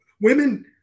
women